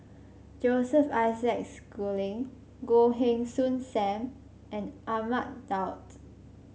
Joseph Isaac Schooling Goh Heng Soon Sam and Ahmad Daud